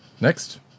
next